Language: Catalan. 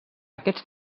aquests